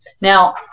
Now